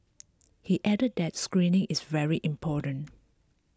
he added that screening is very important